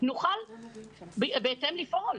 אז נוכל בהתאם לפעול.